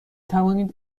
توانید